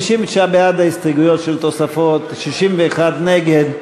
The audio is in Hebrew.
59 בעד ההסתייגויות של תוספות, 61 נגד.